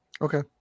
Okay